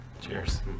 cheers